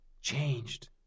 changed